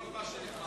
כל מה שנכבש,